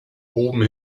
oben